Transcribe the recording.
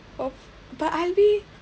but I'll be